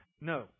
No